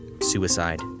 Suicide